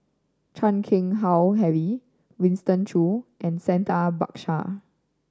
Chan Keng Howe Harry Winston Choo and Santha Bhaskar